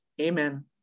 Amen